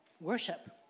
worship